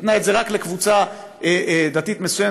נתנה את זה רק לקבוצה דתית מסוימת.